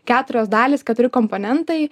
keturios dalys keturi komponentai